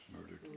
murdered